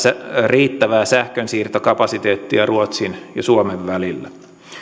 riittävää sähkönsiirtokapasiteettia ruotsin ja suomen välillä